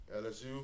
LSU